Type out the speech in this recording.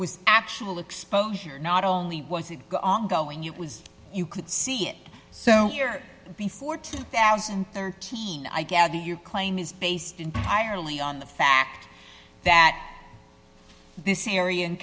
was actual exposure not only was it ongoing it was you could see it so here before two thousand and thirteen i gather your claim is based entirely on the fact that this area in